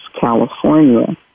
California